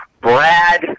Brad